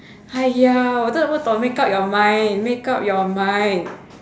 !haiya! 我真的不懂 make up your mind make up your mind